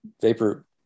Vapor